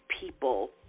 people